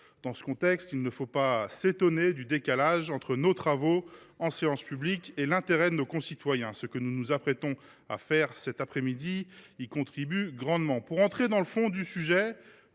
Dans ce contexte, il ne faut pas s’étonner du décalage entre l’importance de nos travaux en séance publique et l’intérêt de nos concitoyens. Ce que nous nous apprêtons à faire cet après midi y contribue grandement ! Sur le fond,